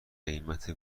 قیمت